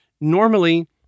normally